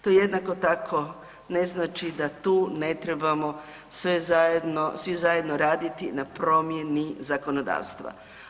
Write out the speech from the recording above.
To jednako tako ne znači da tu ne trebamo sve zajedno, svi zajedno raditi na promjeni zakonodavstva.